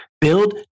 Build